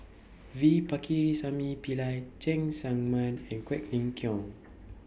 V Pakirisamy Pillai Cheng Tsang Man and Quek Ling Kiong